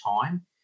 time